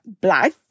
Black